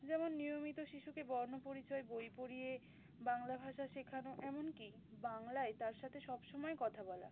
যেমন নিয়মিত শিশুকে বর্ণপরিচয় বই পড়িয়ে বাংলা ভাষা শেখানো এমনকি বাংলায় তার সাথে সব সময় কথা বলা